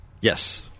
Yes